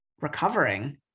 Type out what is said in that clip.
recovering